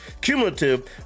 cumulative